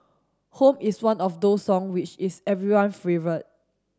home is one of those song which is everyone favourite